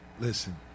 Listen